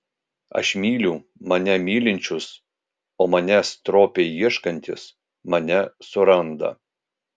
aš myliu mane mylinčius o manęs stropiai ieškantys mane suranda